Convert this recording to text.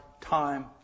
time